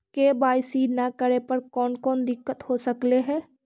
KYC न करे पर कौन कौन दिक्कत हो सकले हे?